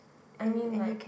I mean like